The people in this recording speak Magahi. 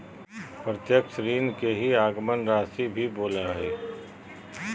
प्रत्यक्ष ऋण के ही आगमन राशी भी बोला हइ